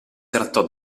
trattò